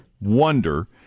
wonder